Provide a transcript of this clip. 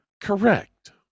Correct